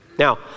Now